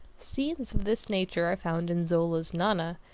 scenes of this nature are found in zola's nana,